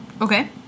Okay